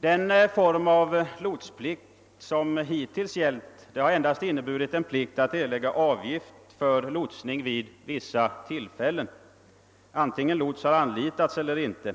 Den bestämmelse för lotsning som hittills gällt har endast inneburit en plikt att erlägga avgift för lotsning vid vissa tillfällen antingen lots har anlitats eller inte.